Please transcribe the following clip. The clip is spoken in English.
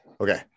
Okay